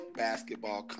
basketball